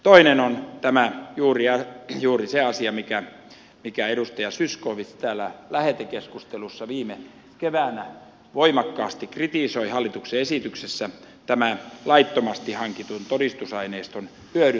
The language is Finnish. toinen on juuri se asia mitä edustaja zyskowicz lähetekeskustelussa viime keväänä voimakkaasti kritisoi hallituksen esityksessä laittomasti hankitun todistusaineiston hyödyntäminen